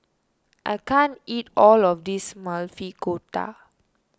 I can't eat all of this Maili Kofta